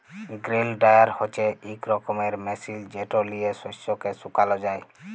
grain dryer হছে ইক রকমের মেশিল যেট লিঁয়ে শস্যকে শুকাল যায়